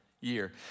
year